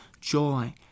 joy